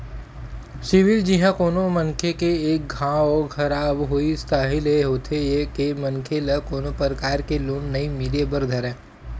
CIBIL जिहाँ कोनो मनखे के एक घांव खराब होइस ताहले होथे ये के मनखे ल कोनो परकार ले लोन नइ मिले बर धरय